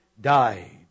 died